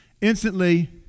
Instantly